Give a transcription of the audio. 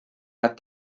nad